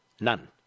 None